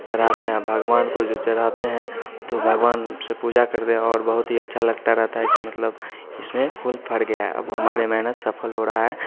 चढ़ाते हैं भगवान को जो चढ़ाते हैं तो भगवान से पूजा करते हैं और बहुत ही अच्छा लगता रहता है कि मतलब इसमें फूल भर गया है अब हमारी मेहनत सफल हो रही है